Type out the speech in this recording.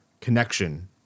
connection